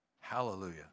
Hallelujah